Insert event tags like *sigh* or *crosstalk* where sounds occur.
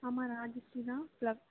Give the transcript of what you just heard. ஆமாம் ராஜஸ்ரீதான் *unintelligible*